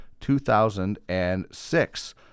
2006